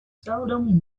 seldom